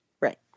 Right